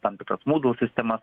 tam tikras mūdl sistemas